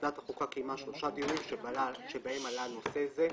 ועדת החוקה קיימה שלושה דיונים בהם עלה הנושא הזה.